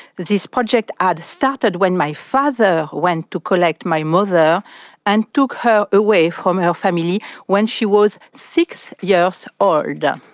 this project ah had started when my father went to collect my mother and took her away from her family when she was six years old. and